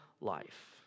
life